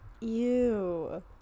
Ew